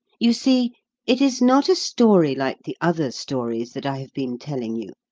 you see it is not a story like the other stories that i have been telling you,